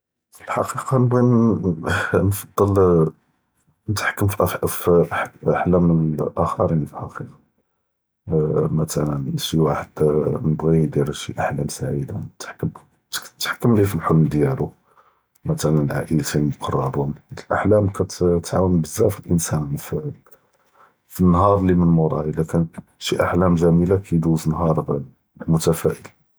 פַּאלְחַקִיקָה נְבְּעִי נְפְדֶּל נִתְחַכַּם פְּאַחְלָאם אֶלְ-אָחְ'רִין פַּאלְחַקִיקָה, מִתְלָא שִי וָאחֵד יִבְּעִי יִדִיר שִי אַחְלָאם סְעִידָה, נִתְחַכַּם לִיה פְּאַחְלָאם דִיָאלוּ, מִתְלָא עָאאִלְתִי אֶלְ-מֻקַרִּבוּן, אֶלְ-אַחְלָאם כָּאתְעָאוֶן בְּזָאף אֶלְ-אִנְסָאן פַּאנֶ-נְהָאר לִי מִן מוּרוֹ, אִלָא כָּאִין שִי אַחְלָאם גְ'מִילָה כָּאיְדוּז נְהָאר.